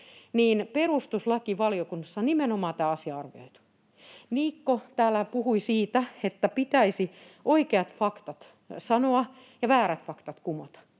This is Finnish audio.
on perustuslakivaliokunnassa arvioitu. Niikko täällä puhui siitä, että pitäisi oikeat faktat sanoa ja väärät faktat kumota.